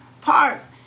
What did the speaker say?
parts